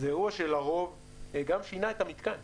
אירוע לרוב גם שינה את המיתקן